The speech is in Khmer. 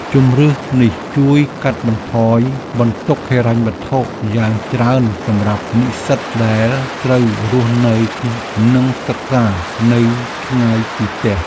ជម្រើសនេះជួយកាត់បន្ថយបន្ទុកហិរញ្ញវត្ថុយ៉ាងច្រើនសម្រាប់និស្សិតដែលត្រូវរស់នៅនិងសិក្សានៅឆ្ងាយពីផ្ទះ។